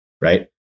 right